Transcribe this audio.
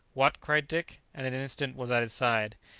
what? cried dick, and in an instant was at his side.